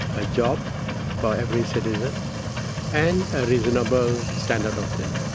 a job for every citizen and a reasonable standard of living.